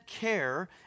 care